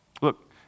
Look